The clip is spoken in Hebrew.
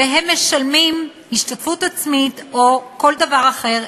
והם משלמים השתתפות עצמית או כל דבר אחר,